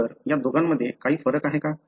तर या दोघांमध्ये काही फरक आहे का